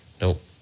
Nope